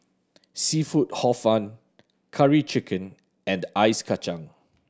seafood Hor Fun Curry Chicken and ice kacang